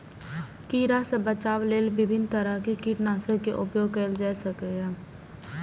कीड़ा सं बचाव लेल विभिन्न तरहक कीटनाशक के उपयोग कैल जा सकैए